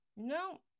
No